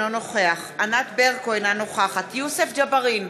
אינו נוכח ענת ברקו, אינה נוכחת יוסף ג'בארין,